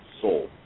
soul